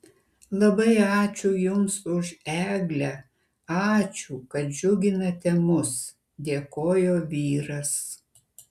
labai ačiū jums už eglę ačiū kad džiuginate mus dėkojo vyras